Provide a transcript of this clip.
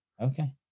Okay